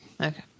Okay